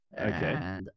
Okay